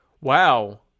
Wow